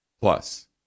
Plus